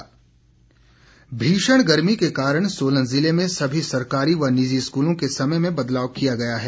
समय सारिणी भीषण गर्मी के कारण सोलन ज़िले में समी सरकारी व निजी स्कूलों के समय में बदलाव किया गया है